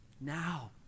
now